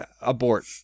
abort